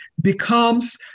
becomes